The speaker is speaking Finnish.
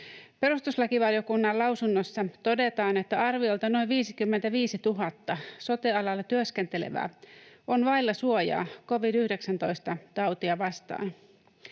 Perustuslakivaliokunnan lausunnossa todetaan, että arviolta noin 55 000 sote-alalla työskentelevää on vailla suojaa covid-19-tautia vastaan.